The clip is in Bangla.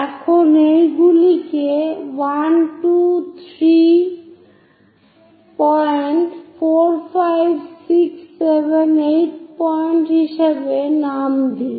এখন এইগুলিকে 1 2 3rd পয়েন্ট 4 5 6 7 এবং 8th পয়েন্ট হিসাবে নাম দিন